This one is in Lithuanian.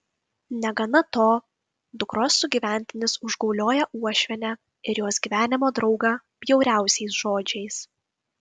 negana to dukros sugyventinis užgaulioja uošvienę ir jos gyvenimo draugą bjauriausiais žodžiais